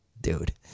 dude